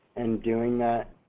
in doing that,